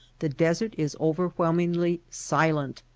the desert is overwhelmingly silent.